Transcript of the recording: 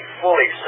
fully